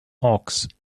hawks